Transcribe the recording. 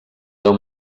déu